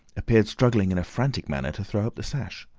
appeared struggling in a frantic manner to throw up the sash.